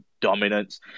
dominance